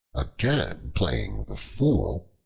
again playing the fool,